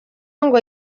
ngo